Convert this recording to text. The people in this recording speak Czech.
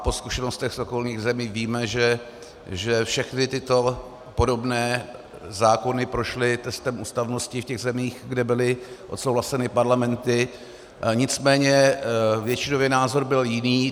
Po zkušenostech z okolních zemí víme, že všechny tyto podobné zákony prošly testem ústavnosti v těch zemích, kde byly odsouhlaseny parlamenty, nicméně většinový názor byl jiný.